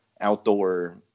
outdoor